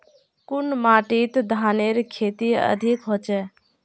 कुन माटित धानेर खेती अधिक होचे?